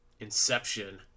Inception